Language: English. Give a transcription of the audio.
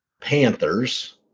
Panthers